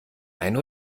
ein